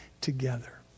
together